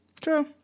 true